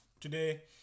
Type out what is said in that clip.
Today